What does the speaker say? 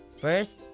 First